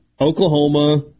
Oklahoma